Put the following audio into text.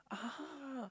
ah